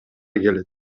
келет